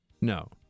No